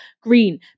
green